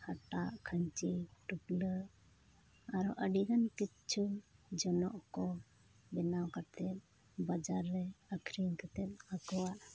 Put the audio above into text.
ᱦᱟᱴᱟᱜ ᱠᱷᱟᱹᱧᱪᱤ ᱴᱩᱯᱞᱟᱹᱜ ᱟᱨᱚ ᱟᱹᱰᱤᱜᱟᱱ ᱠᱤᱪᱷᱩ ᱡᱚᱱᱚᱜ ᱠᱚ ᱵᱮᱱᱟᱣ ᱠᱟᱛᱮᱫ ᱵᱟᱡᱟᱨ ᱨᱮ ᱟᱹᱠᱷᱨᱤᱧ ᱠᱟᱛᱮᱫ ᱟᱠᱚᱣᱟᱜ